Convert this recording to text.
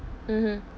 mmhmm